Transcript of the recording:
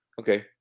Okay